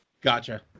Gotcha